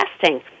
testing